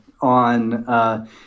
on